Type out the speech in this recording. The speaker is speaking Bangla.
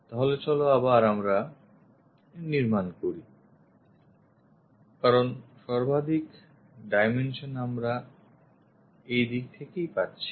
তাহলে চলো আমরা নির্মান করি কারণ সর্বাধিক ডাইমেনশন আমরা এই বিগথেকেই পাচ্ছি